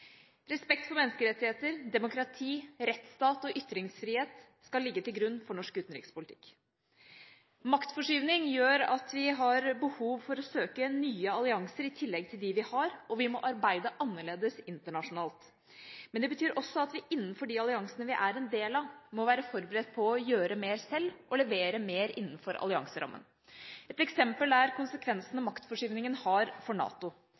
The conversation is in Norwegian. Respekt for menneskerettigheter, demokrati, rettsstat og ytringsfrihet skal ligge til grunn for norsk utenrikspolitikk. Maktforskyvning gjør at vi har behov for å søke nye allianser i tillegg til dem vi har, og vi må arbeide annerledes internasjonalt. Men det betyr også at vi innenfor de alliansene vi er en del av, må være forberedt på å gjøre mer selv og levere mer innenfor allianserammen. Et eksempel er konsekvensene maktforskyvningen har for NATO.